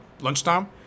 lunchtime